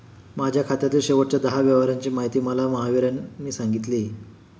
माझ्या खात्यातील शेवटच्या दहा व्यवहारांची माहिती मला महावीरने सांगितली